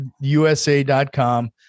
USA.com